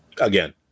Again